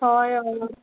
हय हय